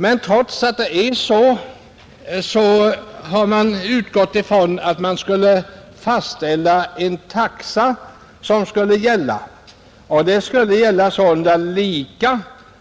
Men trots att det är så har man utgått från att man skall fastställa en taxa som skall gälla lika,